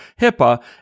HIPAA